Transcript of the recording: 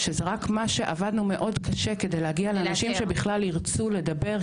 שזה רק מה שעבדנו מאוד קשה כדי להגיע לאנשים שבכלל ירצו לדבר,